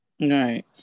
Right